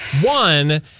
One